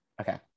Okay